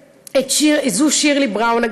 זאת שירלי בראון,